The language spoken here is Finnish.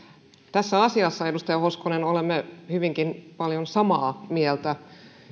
tässä asiassa edustaja hoskonen olemme hyvinkin paljon samaa mieltä